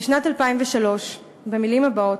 בשנת 2003 במילים הבאות: